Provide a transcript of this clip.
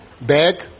bag